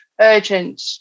urgent